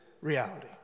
reality